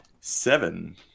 Seven